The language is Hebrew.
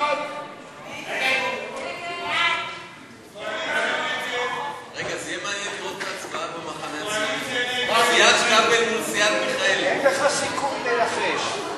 ההצעה להעביר את הצעת חוק השידור הציבורי הישראלי (תיקון מס' 4),